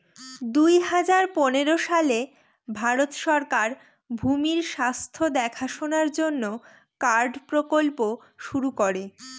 দুই হাজার পনেরো সালে ভারত সরকার ভূমির স্বাস্থ্য দেখাশোনার জন্য কার্ড প্রকল্প শুরু করে